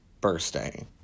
birthday